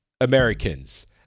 Americans